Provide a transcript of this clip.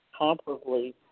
comparably